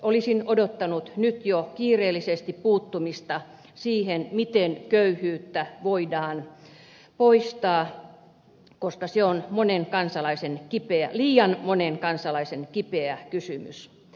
olisin odottanut nyt jo kiireellisesti puuttumista siihen miten köyhyyttä voidaan poistaa koska se on liian monen kansalaisen kipeä kysymys